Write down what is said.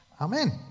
Amen